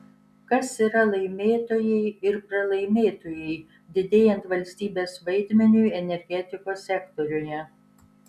kas yra laimėtojai ir pralaimėtojai didėjant valstybės vaidmeniui energetikos sektoriuje